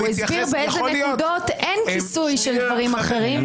הוא הזכיר באיזה נקודות אין כיסוי של דברים אחרים.